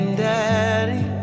daddy